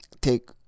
take